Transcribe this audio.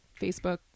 Facebook